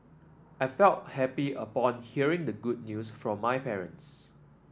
I felt happy upon hearing the good news from my parents